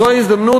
זו ההזדמנות,